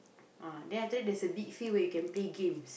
ah then after that there's a big field where you can play games